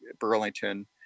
burlington